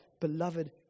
beloved